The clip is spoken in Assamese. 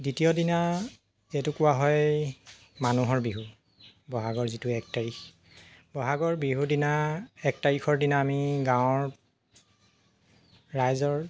দ্বিতীয় দিনা এইটো কোৱা হয় মানুহৰ বিহু বহাগৰ যিটো এক তাৰিখ বহাগৰ বিহু দিনা এক তাৰিখৰ দিনা আমি গাঁৱৰ ৰাইজৰ